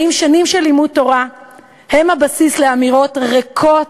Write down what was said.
האם שנים של לימוד תורה הן הבסיס לאמירות ריקות,